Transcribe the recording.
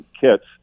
kits